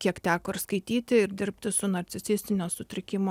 kiek teko ir skaityti ir dirbti su narcisistinio sutrikimo